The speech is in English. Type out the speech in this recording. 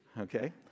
okay